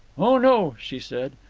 oh no, she said,